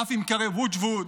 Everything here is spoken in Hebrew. אף אם ייקרא וודג'ווד,